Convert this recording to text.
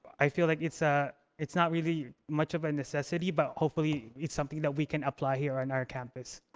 i feel like it's ah it's not really much of a necessity, but hopefully it's something that we can apply here on our campus.